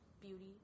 beauty